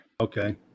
Okay